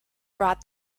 brought